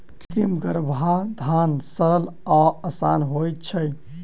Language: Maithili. कृत्रिम गर्भाधान सरल आ आसान होइत छै